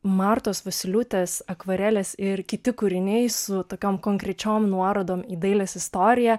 martos vosyliūtės akvarelės ir kiti kūriniai su tokiom konkrečiom nuorodom į dailės istoriją